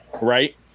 right